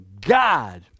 God